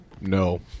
No